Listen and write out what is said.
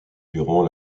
durant